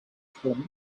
point